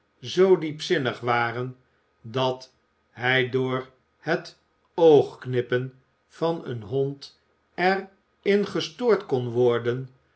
zoo diepzinnig waren dat hij door het oogknippen van een hond er in gestoord kon worden